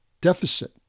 deficit